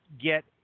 get